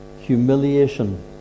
humiliation